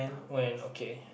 when okay